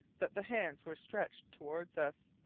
that the hands were stretched towards us.